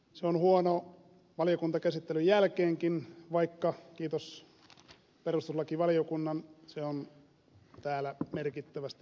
se on huono valiokuntakäsittelyn jälkeenkin vaikka kiitos perustuslakivaliokunnan se on täällä merkittävästi parantunut